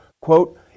quote